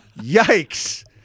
yikes